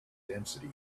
density